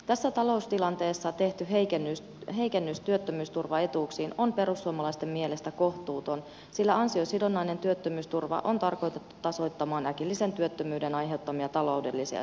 tässä taloustilanteessa tehty heikennys työttömyysturvaetuuksiin on perussuomalaisten mielestä kohtuuton sillä ansiosidonnainen työttömyysturva on tarkoitettu tasoittamaan äkillisen työttömyyden aiheuttamia taloudellisia seurauksia